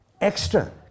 extra